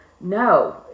No